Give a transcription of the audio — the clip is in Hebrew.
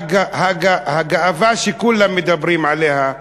הגאווה שכולם מדברים עליה,